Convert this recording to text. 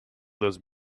those